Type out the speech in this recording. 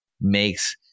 makes